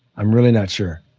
i'm really not sure.